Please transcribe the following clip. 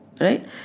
right